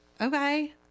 Okay